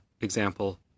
example